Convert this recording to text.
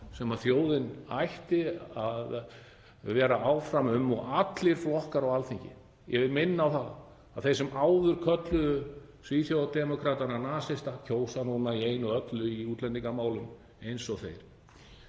sem þjóðin ætti að vera áfram um og allir flokkar á Alþingi. Ég vil minna á það að þeir sem áður kölluðu Svíþjóðardemókratana nasista greiða nú atkvæði í einu og öllu í útlendingamálum eins og þeir.